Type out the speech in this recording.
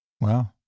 wow